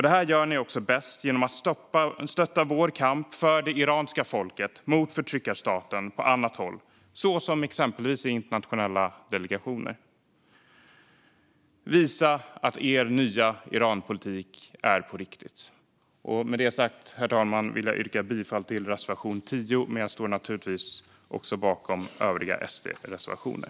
Det gör ni bäst genom att stötta vår kamp för det iranska folket och mot förtryckarstaten på annat håll, exempelvis i internationella delegationer. Visa att er nya Iranpolitik är på riktigt! Med detta sagt, herr talman, vill jag yrka bifall till reservation 10. Jag står naturligtvis också bakom övriga SD-reservationer.